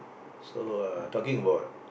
so uh talking about